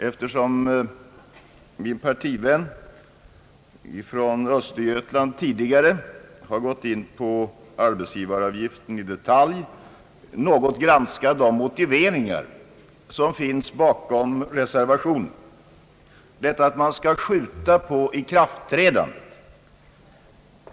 Eftersom min partivän från Östergötland tidigare har behandlat arbetsgivaravgiften i detalj, hade jag närmast tänkt mig att granska de motiveringar som finns i reservationen, där man vill skjuta på ikraftträdandet av reformen.